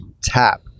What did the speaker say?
tap